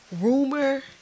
rumor